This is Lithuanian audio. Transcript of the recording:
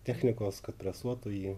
technikos kad presuotų jį